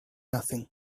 nothing